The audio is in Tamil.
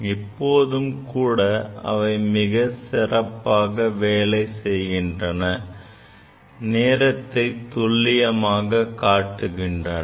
இப்போதும்கூட அவை மிகச் சிறப்பாக வேலை செய்கின்றன நேரத்தை துல்லியமாக காட்டுகின்றன